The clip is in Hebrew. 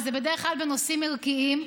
וזה בדרך כלל בנושאים ערכיים.